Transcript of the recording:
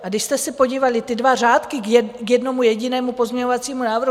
A když jste se podívali, ty dva řádky k jednomu jedinému pozměňovacímu návrhu...